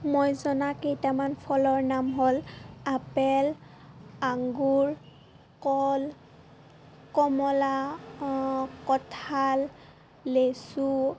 মই জনা কেইটামান ফলৰ নাম হ'ল আপেল আঙুৰ কল কমলা কঁঠাল লেচু